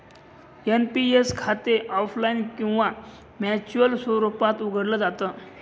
NPS खाते offline किंवा manual स्वरूपात उघडलं जात